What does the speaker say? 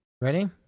Ready